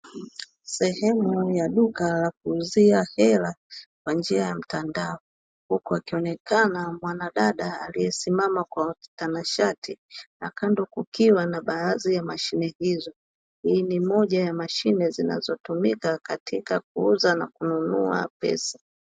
Sehemu ya duka la kuuzia hela kwa njia ya mtandao, huku akionekana mwanadada aliyesimama kwa utanashati na kando kukiwa na baadhi ya mashine hizo, hii ni moja ya mashine zinazotumika katika kuuza na kununua pesa.